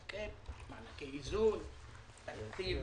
ה-cap, מענקי איזון, תקציב